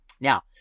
Now